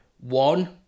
one